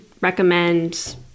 recommend